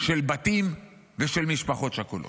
של בתים ושל משפחות שכולות,